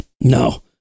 No